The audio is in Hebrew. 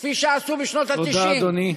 כפי שעשו בשנות ה-90, תודה, אדוני.